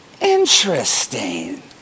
Interesting